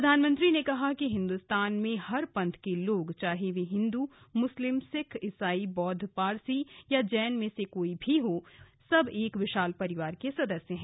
प्रधानमंत्री ने कहा कि हिन्दुस्तान में हर पंथ के लोग चाहे वो हिंद मुस्लिम सिख ईसाई बौद्ध पारसी और जैन में से कोई भी हो सब एक विशाल परिवार के सदस्या हैं